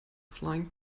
flying